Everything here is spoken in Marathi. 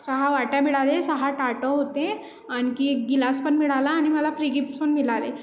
सहा वाट्या मिळाले सहा ताटं होते आणखी गिलासपण मिळाला आणि मला फ्री गिफ्ट्स पण मिळाले